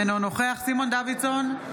אינו נוכח סימון דוידסון,